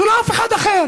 ולא אף אחד אחר.